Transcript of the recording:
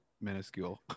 minuscule